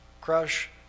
crush